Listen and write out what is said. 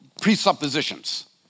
presuppositions